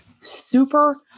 super